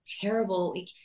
terrible